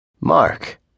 Mark